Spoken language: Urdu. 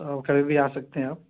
تو کبھی بھی آ سکتے ہیں آپ